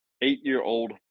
eight-year-old